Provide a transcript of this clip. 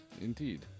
indeed